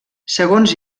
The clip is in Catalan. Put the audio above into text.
segons